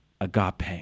agape